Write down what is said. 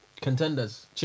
contenders